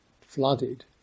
flooded